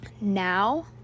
now